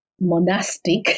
monastic